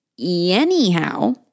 Anyhow